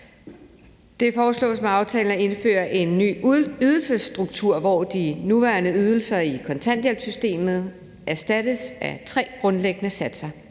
Det foreslås med aftalen om at indføre en ny ydelsesstruktur, hvor de nuværende ydelser i kontanthjælpssystemet erstattes af tre grundlæggende satser: